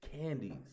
candies